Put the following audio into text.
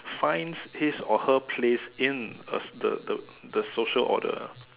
finds his or her place in a the the the social order